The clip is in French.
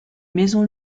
maisons